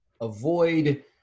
avoid